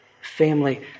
family